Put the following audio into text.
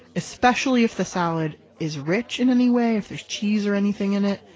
especially if the salad is rich in any way, if there's cheese or anything in it,